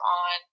on